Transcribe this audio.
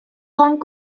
hong